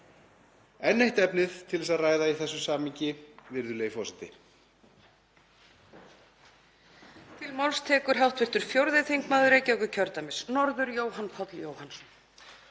Enn eitt efnið til þess að ræða í þessu samhengi, virðulegi forseti.